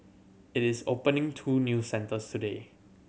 it is opening two new centres today